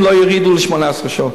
אם לא יורידו ל-18 שעות.